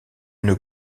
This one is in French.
une